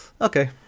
Okay